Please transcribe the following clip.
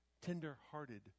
Tender-hearted